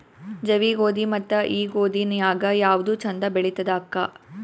ಜವಿ ಗೋಧಿ ಮತ್ತ ಈ ಗೋಧಿ ನ್ಯಾಗ ಯಾವ್ದು ಛಂದ ಬೆಳಿತದ ಅಕ್ಕಾ?